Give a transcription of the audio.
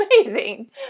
amazing